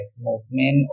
movement